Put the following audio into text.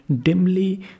dimly